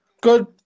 Good